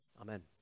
Amen